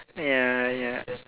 yeah yeah